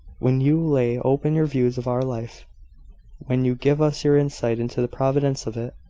when you lay open your views of our life when you give us your insight into the providence of it.